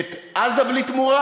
רוצים, בלי לשקר לציבור,